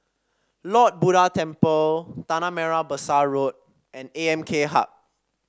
Lord Buddha Temple Tanah Merah Besar Road and A M K Hub